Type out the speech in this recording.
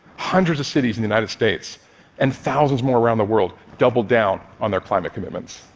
hundreds of cities in the united states and thousands more around the world doubled down on their climate commitments.